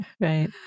Right